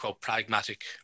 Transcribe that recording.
Pragmatic